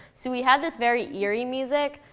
so we had this very eerie music,